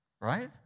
Right